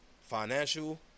Financial